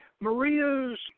Maria's